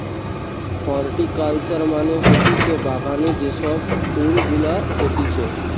horticulture মানে হতিছে বাগানে যে সব ফুল গুলা হতিছে